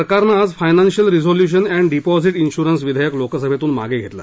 सरकारनं आज financial resolution and deposit insurance विधेयक लोकसभेतून मागे घेतलं